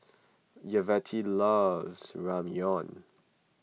Yvette loves Ramyeon